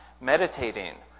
meditating